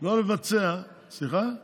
לא לבצע, צריך או